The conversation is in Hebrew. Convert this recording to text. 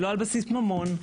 ולא על בסיס ממון,